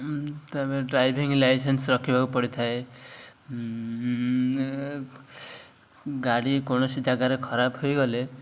ତା'ପରେ driving licence ରଖିବାକୁ ପଡ଼ିଥାଏ ଗାଡ଼ି କୌଣସି ଜାଗାରେ ଖରାପ ହୋଇଗଲେ